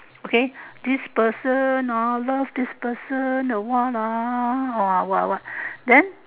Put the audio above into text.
okay this person ah love this person awhile lah what what then